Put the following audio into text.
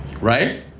Right